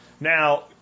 Now